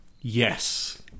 Yes